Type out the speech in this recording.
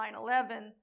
9-11